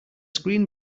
screen